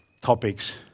topics